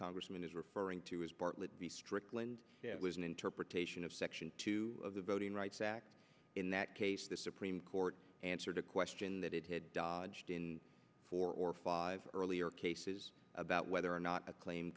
congressman is referring to is bartlett the strickland was an interpretation of section two of the voting rights act in that case the supreme court answered a question that it had dodged in four or five earlier cases about whether or not a claim